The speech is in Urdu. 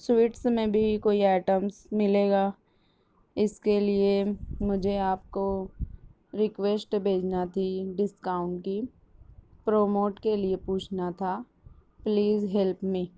سویسٹس میں بھی کوئی آئیٹمس ملے گا اس کے لیے مجھے آپ کو رکویسٹ بھیجنا تھی ڈسکاؤنٹ کی پروموٹ کے لیے پوچھنا تھا پلیز ہیلپ می